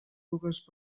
dues